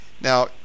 Now